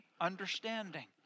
understanding